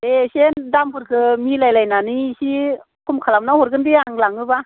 दे एसे दामफोरखौ मिलायलायनानै एसे खम खालामना हरगोन दे आं लाङोब्ला